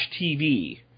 TV